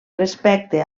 respecte